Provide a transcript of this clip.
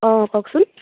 অঁ কওকচোন